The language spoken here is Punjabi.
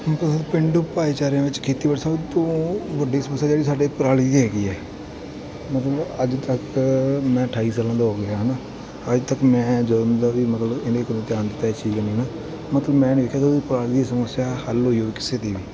ਬਹੁ ਪੇਂਡੂ ਭਾਈਚਾਰਿਆਂ ਵਿੱਚ ਖੇਤੀਬਾੜੀ ਸੱਭ ਤੋਂ ਵੱਡੀ ਸਮੱਸਿਆ ਜਿਹੜੀ ਸਾਡੇ ਪਰਾਲੀ ਦੀ ਹੈਗੀ ਹੈ ਮਤਲਬ ਅੱਜ ਤੱਕ ਮੈਂ ਅਠਾਈ ਸਾਲਾਂ ਦਾ ਹੋ ਗਿਆ ਹੈ ਨਾ ਅੱਜ ਤੱਕ ਮੈਂ ਜਦੋਂ ਦਾ ਵੀ ਮਤਲਬ ਇਹਨਾਂ ਇੱਕ ਦੋ ਧਿਆਨ ਇਸ ਚੀਜ਼ ਨੇ ਨਾ ਮਤਲਬ ਮੈਂ ਨਹੀਂ ਦੇਖਿਆ ਤਾਂ ਉਹਦੀ ਪਰਾਲੀ ਦੀ ਸਮੱਸਿਆ ਹੱਲ ਹੋਈ ਹੋਵੇ ਕਿਸੇ ਦੀ ਵੀ